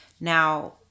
Now